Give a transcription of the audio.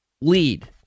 lead